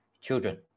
children